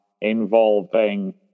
involving